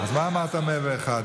אז מה אמרת 101?